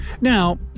Now